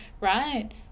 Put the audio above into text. right